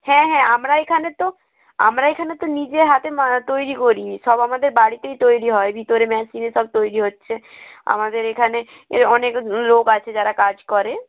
হ্যাঁ হ্যাঁ আমরা এখানে তো আমরা এখানে তো নিজে হাতে মা তৈরি করি সব আমাদের বাড়িতেই তৈরি হয় ভিতরে মেশিনে সব তৈরি হচ্ছে আমাদের এখানে এ অনেক লোক আছে যারা কাজ করে